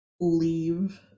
leave